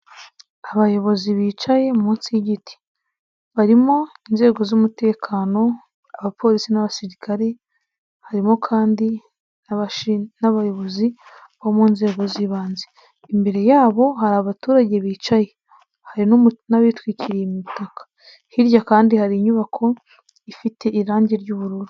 Abayobozi bicaye munsi y'igiti, barimo inzego z'umutekano Abapolisi n'Abasirikare, harimo kandi n'abayobozi bo mu nzego z'ibanze, imbere yabo hari abaturage bicaye hari n'abitwikiriye imitaka, hirya kandi hari inyubako ifite irangi ry'ubururu.